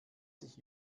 sich